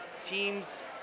teams